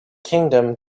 kingdom